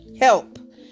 Help